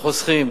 לחוסכים,